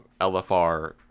LFR